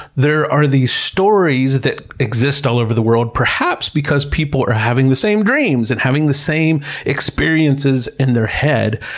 there are these stories that exist all over the world, perhaps because people are having the same dreams, and having the same experiences in their head,